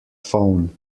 phone